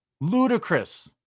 Ludicrous